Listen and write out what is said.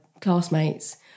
classmates